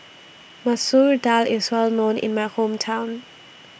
Masoor Dal IS Well known in My Hometown